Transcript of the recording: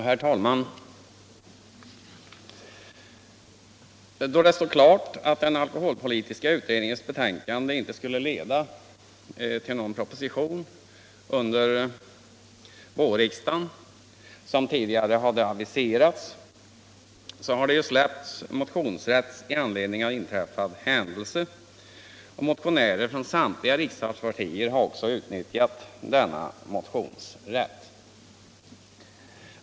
Herr talman! Då det stod klart att den alkoholpolitiska utredningens betänkande inte skulle leda till någon proposition under vårriksdagen, som tidigare aviserats, har det ju medgivits motionsrätt i anledning av inträffad händelse, och motionärer från samtliga riksdagspartier har utnyttjat denna motionsrätt.